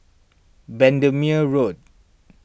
Bendemeer Road